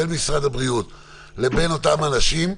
משרד הבריאות והאנשים עצמם.